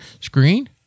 screen